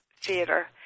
theater